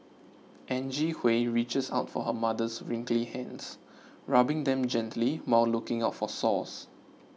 Angie Hui reaches out for her mother's wrinkly hands rubbing them gently while looking out for sores